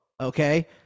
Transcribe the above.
Okay